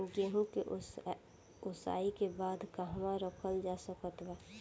गेहूँ के ओसाई के बाद कहवा रखल जा सकत बा?